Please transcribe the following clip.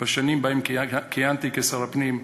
בשנים שבהן כיהנתי כשר הפנים,